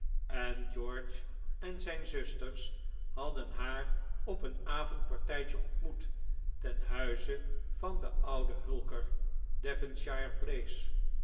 en george en zijn zusters hadden haar op een avondpartijtje ontmoet ten huize van den ouden hulker devonshire place